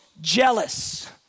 jealous